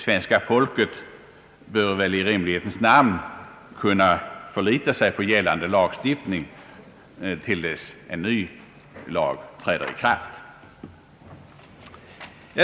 Svenska folket bör väl i rimlighetens namn kunna förlita sig på gällande lagstiftning till dess ny lag träder i kraft.